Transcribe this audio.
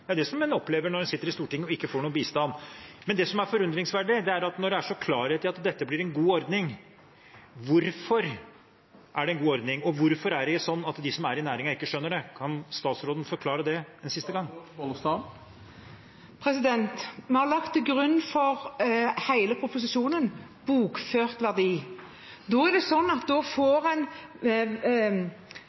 Stortinget. Det er det en opplever når en sitter i Stortinget og ikke får noen bistand. Men det som er forundringsverdig, er: Når en er så klar på at dette blir en god ordning, hvorfor er det en god ordning, og hvorfor er det sånn at de som er i næringen, ikke skjønner det? Kan statsråden forklare det? Vi har lagt til grunn for hele proposisjonen bokført verdi. Da får en